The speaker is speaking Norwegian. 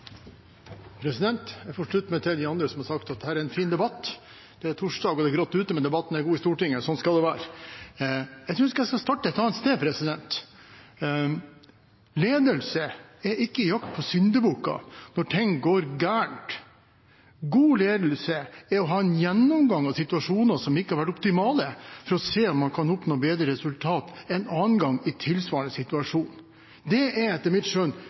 en fin debatt. Det er torsdag og grått ute, men debatten er god i Stortinget. Sånn skal det være. Jeg tror jeg skal starte et annet sted. Ledelse er ikke jakt på syndebukker når ting går galt. God ledelse er å ha en gjennomgang av situasjoner som ikke har vært optimale, for å se om man kan oppnå bedre resultater en annen gang i tilsvarende situasjon. Det er etter mitt skjønn